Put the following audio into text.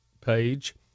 page